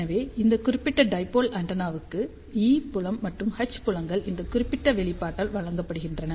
எனவே இந்த குறிப்பிட்ட டைபோல் ஆண்டெனாவுக்கு ஈ புலம் மற்றும் எச் புலங்கள் இந்த குறிப்பிட்ட வெளிப்பாட்டால் வழங்கப்படுகின்றன